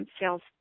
sales